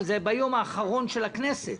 וזה ביום האחרון של הכנסת: